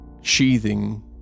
sheathing